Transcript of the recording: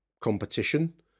competition